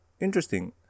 interesting